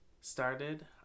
started